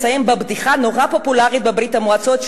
אסיים בבדיחה נורא פופולרית בברית-המועצות.